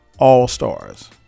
All-Stars